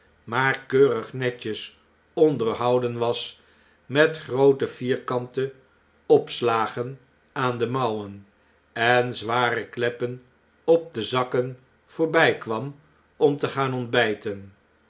maar keurig netjes onderhouden was met groote vierkante opslagen aan de mouwen en zware kleppen op de zakken voorbijkwam om te gaan ontbyten